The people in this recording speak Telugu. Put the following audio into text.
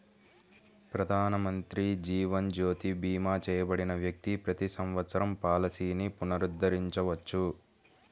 ప్రధానమంత్రి జీవన్ జ్యోతి భీమా చేయబడిన వ్యక్తి ప్రతి సంవత్సరం పాలసీని పునరుద్ధరించవచ్చు